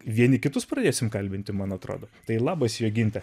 vieni kitus pradėsim kalbinti man atrodo tai labas joginte